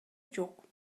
жок